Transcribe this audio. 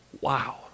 wow